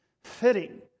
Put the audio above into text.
Fitting